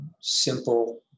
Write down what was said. simple